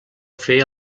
fer